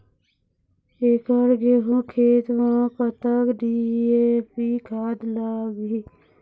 एकड़ गेहूं खेत म कतक डी.ए.पी खाद लाग ही?